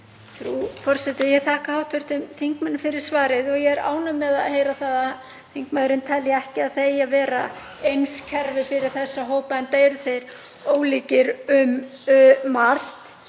Frú forseti. Ég þakka hv. þingmanni fyrir svarið og ég er ánægð með að heyra að þingmaðurinn telji ekki að það eigi að vera eins kerfi fyrir þessa hópa, enda eru þeir ólíkir um margt.